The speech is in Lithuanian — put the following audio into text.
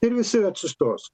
ir visi atsistos